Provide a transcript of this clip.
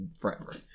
forever